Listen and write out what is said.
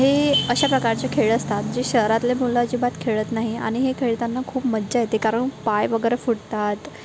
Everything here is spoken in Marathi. हे अशा प्रकारचे खेळ असतात जे शहरातले मुलं अजिबात खेळत नाही आणि हे खेळताना खूप मज्जा येते कारण पाय वगैरे फुटतात